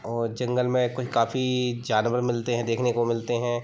और जंगल में कुछ काफ़ी जानवर मिलते हैं देखने को मिलते हैं